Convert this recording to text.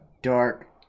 dark